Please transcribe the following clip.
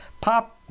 Pop